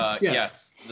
yes